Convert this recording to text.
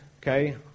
okay